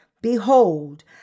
Behold